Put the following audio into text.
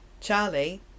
Charlie